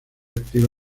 activa